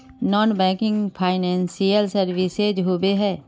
Non banking financial services होबे है?